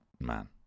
man